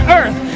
earth